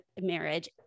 marriage